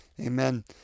Amen